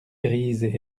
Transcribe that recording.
grises